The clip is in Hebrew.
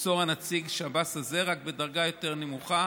ימסור נציג השב"ס הזה, רק בדרגה יותר נמוכה.